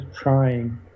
trying